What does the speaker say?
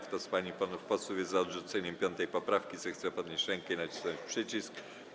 Kto z pań i panów posłów jest za odrzuceniem 5. poprawki, zechce podnieść rękę i nacisnąć przycisk.